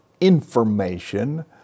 information